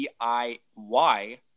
DIY